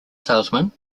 salesman